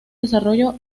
desarrollo